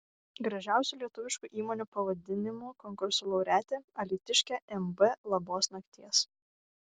gražiausių lietuviškų įmonių pavadinimų konkurso laureatė alytiškė mb labos nakties